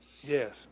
Yes